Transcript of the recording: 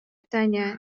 таня